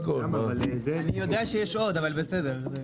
אני יודע שיש עוד, אבל בסדר.